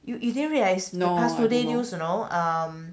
you you didn't realize read ah past two days news you know